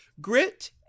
grit